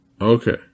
Okay